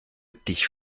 dich